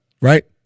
Right